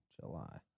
July